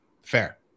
fair